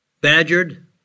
badgered